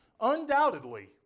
undoubtedly